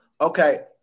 okay